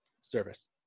service